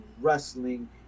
wrestling